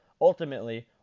Ultimately